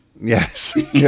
Yes